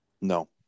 No